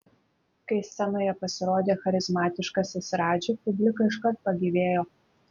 kai scenoje pasirodė charizmatiškasis radži publika iškart pagyvėjo